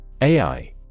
AI